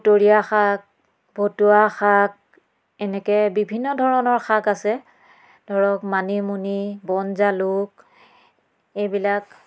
খুতৰীয়া শাক ভতুৱা শাক এনেকৈ বিভিন্ন ধৰণৰ শাক আছে ধৰক মানিমুনি বনজালুক এইবিলাক